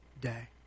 day